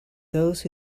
those